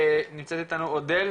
נמצאת איתנו אודל,